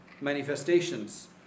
manifestations